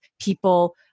people